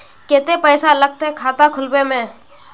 केते पैसा लगते खाता खुलबे में?